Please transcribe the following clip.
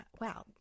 wow